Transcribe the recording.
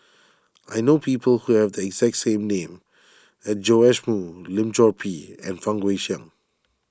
I know people who have the exact name as Joash Moo Lim Chor Pee and Fang Guixiang